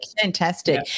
Fantastic